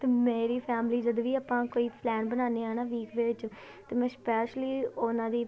ਅਤੇ ਮੇਰੀ ਫੈਮਲੀ ਜਦੋਂ ਵੀ ਆਪਾਂ ਕੋਈ ਪਲੈਨ ਬਣਾਉਂਦੇ ਹਾਂ ਨਾ ਵੀਕ ਵਿੱਚ ਅਤੇ ਮੈਂ ਸਪੈਸ਼ਲੀ ਉਹਨਾਂ ਦੀ